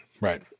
Right